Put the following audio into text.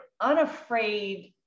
unafraid